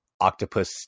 octopus